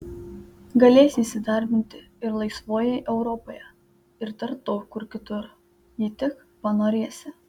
galėsi įsidarbinti ir laisvojoj europoje ir dar daug kur kitur jei tik panorėsi